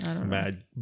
Mad